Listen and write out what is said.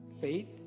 Faith